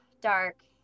dark